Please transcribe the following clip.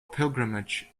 pilgrimage